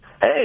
Hey